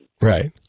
Right